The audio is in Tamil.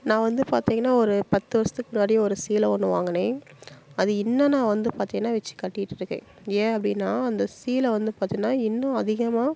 நான் வந்து பார்த்திங்கனா ஓரு பத்து வருஷத்துக்கு முன்னாடி ஒரு சீலை ஒன்று வாங்கினேன் அது இன்னும் நான் வந்து பார்த்திங்கனா வச்சு கட்டிட்டுருக்கேன் ஏன் அப்படின்னா அந்த சீலை வந்து பார்த்திங்கனா இன்னும் அதிகமாக